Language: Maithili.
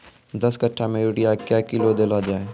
दस कट्ठा मे यूरिया क्या किलो देलो जाय?